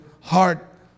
heart